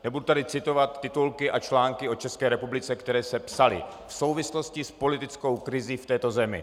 Nebudu tady citovat titulky a články o České republice, které se psaly v souvislosti s politickou krizí v této zemi.